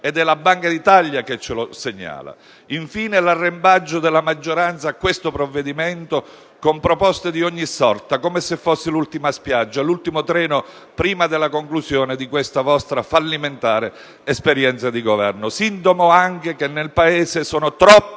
e la Banca d'Italia ce lo segnala. Vi è, infine, l'arrembaggio della maggioranza a questo provvedimento con proposte di ogni sorta, come se fosse l'ultima spiaggia, l'ultimo treno prima della conclusione di questa vostra fallimentare esperienza di Governo, sintomo anche che nel Paese sono troppi